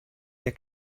der